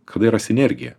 kada yra sinergija